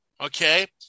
Okay